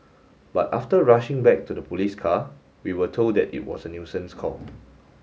but after rushing back to the police car we were told that it was a nuisance call